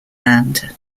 land